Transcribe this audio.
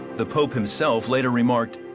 the pope himself later remarked,